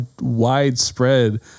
widespread